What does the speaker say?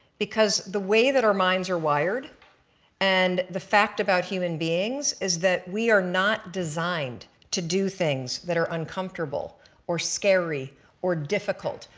because the way that our minds are wired and the fact about human beings is that we are not designed to do things that are uncomfortable or scary or difficult.